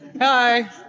Hi